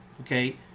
Okay